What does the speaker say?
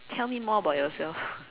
tell me more about yourself